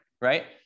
right